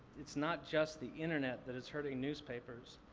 it's not just the internet that is hurting newspapers.